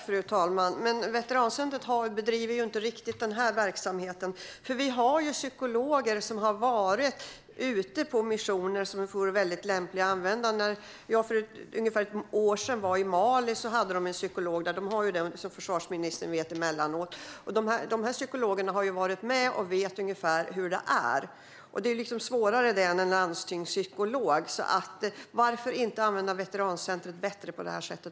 Fru talman! Veterancentrumet bedriver dock inte riktigt den här verksamheten. Vi har ju psykologer som har varit ute på missioner och som vore väldigt lämpliga att använda. När jag för ungefär ett år sedan var i Mali hade man en psykolog där - som försvarsministern vet har man det emellanåt - och dessa psykologer har ju varit med. De vet ungefär hur det är, vilket är svårare för en landstingspsykolog. Varför inte använda veterancentrumet bättre på det sättet?